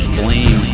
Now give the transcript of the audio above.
blame